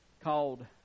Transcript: called